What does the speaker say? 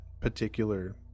particular